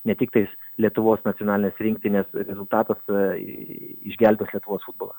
ne tiktais lietuvos nacionalinės rinktinės rezultatas išgelbės lietuvos futbolą